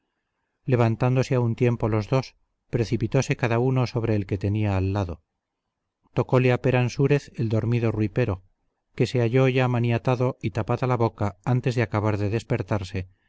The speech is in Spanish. levantándose a un tiempo los dos precipitóse cada uno sobre el que tenía al lado tocóle a peransúrez el dormido rui pero que se halló ya maniatado y tapada la boca antes de acabar de despertarse